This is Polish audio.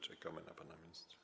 Czekamy na pana ministra.